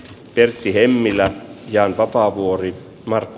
pertti hemmilä jan vapaavuori markku